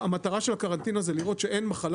המטרה של הקרנטינה זה לראות שאין מחלה